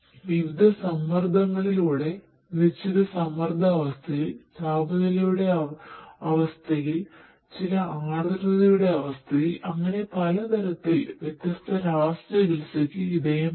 വിവിധ സമ്മർദ്ദങ്ങളിലൂടെ നിശ്ചിത സമ്മർദ്ദാവസ്ഥയിൽ താപനിലയുടെ അവസ്ഥയിൽ ചില ആർദ്രതയുടെ അവസ്ഥയിൽ അങ്ങനെ പല തരത്തിൽ വ്യത്യസ്ത രാസ ചികിത്സയ്ക്ക് വിധേയമാക്കുന്നു